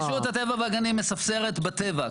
רשות הטבע והגנים מספסרת בטבע,